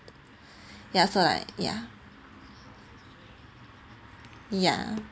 ya so like ya ya